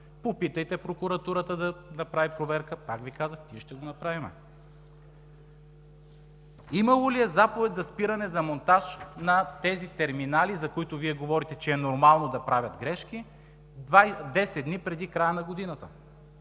попитайте прокуратурата – да направи проверка. Пак Ви казвам, ние ще го направим. Имало ли е заповед за спиране монтажа на тези терминали, за които Вие говорите, че е нормално да правят грешки 10 дни преди края на годината